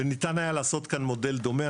והיה אפשר לעשות כאן מודל דומה,